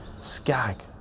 Skag